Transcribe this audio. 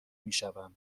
میشوم